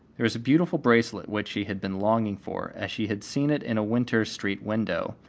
there was the beautiful bracelet which she had been longing for as she had seen it in a winter street window,